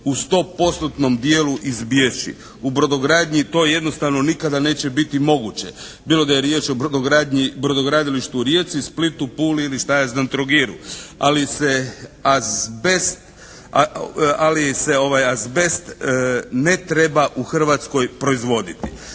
u 100 postotnom djelu izbjeći. U brodogradnji to jednostavno nikada neće biti moguće, bilo da je riječ o brodogradilištu u Rijeci, Splitu, Puli ili šta ja znam Trogiru, ali se azbest ne treba u Hrvatskoj proizvoditi.